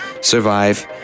Survive